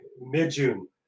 mid-June